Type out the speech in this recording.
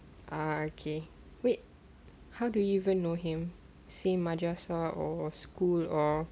ah okay wait how do you even know him same madrasah or school or